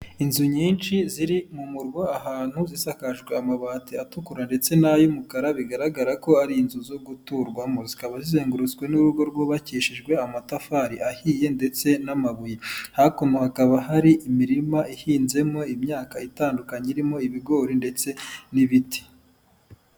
Inzu nyinshi ziri mu murwa ahantu zisakajwe amabati atukura ndetse n'ay'umukara, bigaragara ko ari inzu zo guturwamo zikaba zizengurutswe n'urugo rwubakishijwe amatafari ahiye ndetse n'amabuye, hakuno hakaba hari imirima ihinzemo imyaka itandukanye, irimo; ibigori ndetse n'ibiti.